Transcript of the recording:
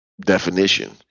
definition